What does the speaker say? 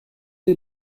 est